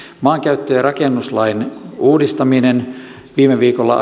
maankäyttö ja rakennuslain uudistamiseksi asetin viime viikolla